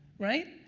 right?